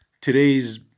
today's